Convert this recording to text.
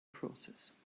process